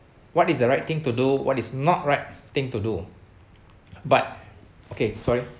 what is the right thing to do what is not right thing to do but okay sorry